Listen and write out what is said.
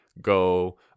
go